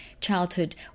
childhood